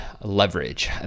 leverage